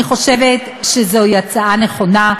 אני חושבת שזוהי הצעה נכונה,